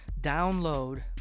download